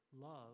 Love